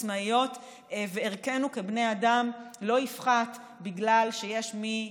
עצמאיות וערכנו כבני האדם לא יפחת בגלל שיש מי,